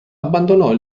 abbandonò